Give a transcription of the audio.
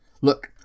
Look